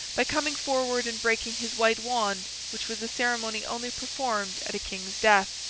by coming forward and breaking his white wand which was a ceremony only performed at a king's death.